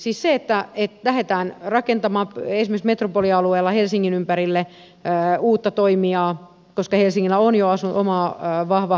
siis että lähdetään rakentamaan esimerkiksi metropolialueella helsingin ympärille uutta toimijaa koska helsingillä on jo oma vahva tuotanto